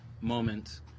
moment